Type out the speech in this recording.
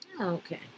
Okay